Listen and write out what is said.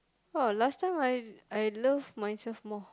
oh last time I I love myself more